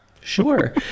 sure